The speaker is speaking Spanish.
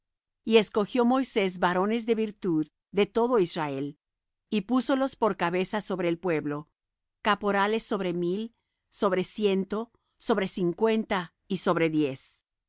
y escogió moisés varones de virtud de todo israel y púsolos por cabezas sobre el pueblo caporales sobre mil sobre ciento sobre cincuenta y sobre diez